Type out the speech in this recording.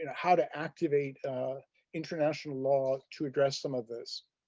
and how to activate international law to address some of this?